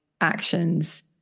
actions